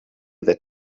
that